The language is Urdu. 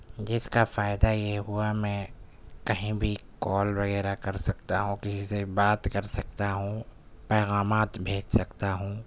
جس کا فائدہ یہ ہوا میں کہیں بھی کال وغیرہ کر سکتا ہوں کسی سے بات کر سکتا ہوں پیغامات بھیج سکتا ہوں